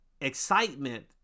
excitement